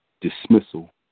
Dismissal